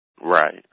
Right